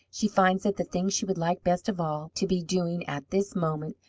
she finds that the thing she would like best of all to be doing at this moment,